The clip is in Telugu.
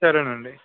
సరే అండి